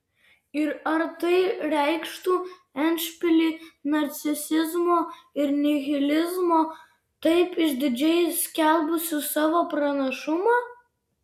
ir ar tai reikštų endšpilį narcisizmo ir nihilizmo taip išdidžiai skelbusių savo pranašumą